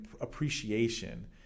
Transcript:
appreciation